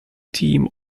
team